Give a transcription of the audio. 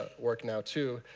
work now, too.